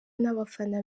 n’abafana